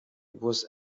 was